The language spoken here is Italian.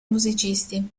musicisti